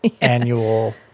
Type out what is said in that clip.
annual